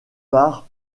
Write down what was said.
part